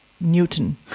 Newton